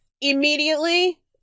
Immediately